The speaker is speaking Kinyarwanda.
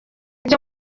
byo